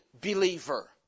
believer